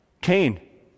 Cain